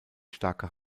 starker